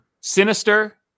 sinister